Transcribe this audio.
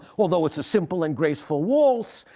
although it's a simple and graceful waltz,